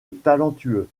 talentueux